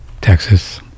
Texas